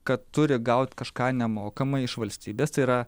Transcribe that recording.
kad turi gaut kažką nemokamai iš valstybės tai yra